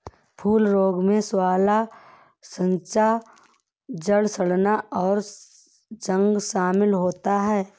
फूल रोग में साँवला साँचा, जड़ सड़ना, और जंग शमिल होता है